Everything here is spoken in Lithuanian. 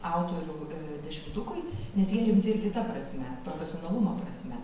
autorių dešimtukui nes jie rimti ir kita prasme profesionalumo prasme